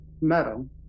meadow